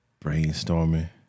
Brainstorming